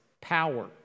power